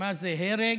ומה זה הרג,